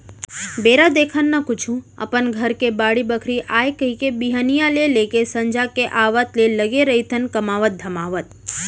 बेरा देखन न कुछु अपन घर के बाड़ी बखरी आय कहिके बिहनिया ले लेके संझा के आवत ले लगे रहिथन कमावत धमावत